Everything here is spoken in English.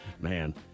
Man